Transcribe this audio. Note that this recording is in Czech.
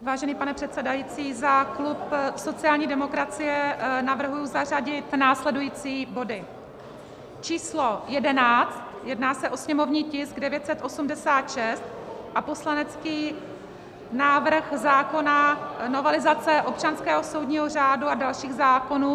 Vážený pane předsedající, za klub sociální demokracie navrhuji zařadit následující body: Číslo 11, jedná se o sněmovní tisk 986 a poslanecký návrh zákona novelizace občanského soudního řádu a dalších zákonů.